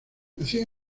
nació